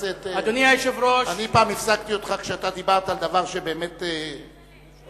אני פעם הפסקתי אותך כשדיברת על דבר, הוא